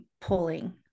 pulling